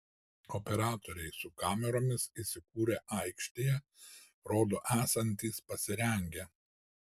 operatoriai su kameromis įsikūrę aikštėje rodo esantys pasirengę